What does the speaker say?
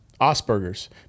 Asperger's